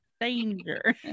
Danger